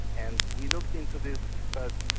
and we looked into this but